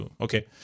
Okay